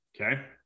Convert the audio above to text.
Okay